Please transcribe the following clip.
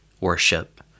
worship